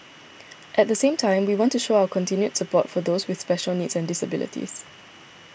at the same time we want to show our continued support for those with special needs and disabilities